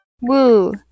Woo